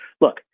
look